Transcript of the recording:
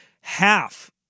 half